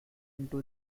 into